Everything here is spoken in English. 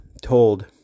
told